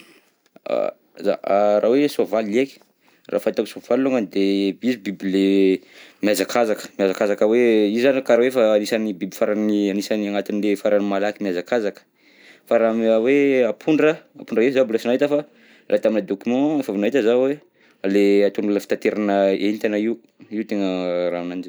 Za a raha hoe soavaly heky, raha ny fahitako soavaly longany de biby, izy biby le mihazakazaka, mihazakazaka hoe, izy zany karaha hoe efa isan'ny biby farany, anisan'ny agnatin'ny le farany malaky mihazakazaka, fa raha amy hoe ampondra, zaho mbola sy nahita fa tamina document efa avy nahita zaho hoe, le ataon'olona fitanterana entana io, io tena rahana anjy.